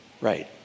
right